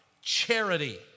charity